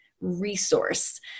resource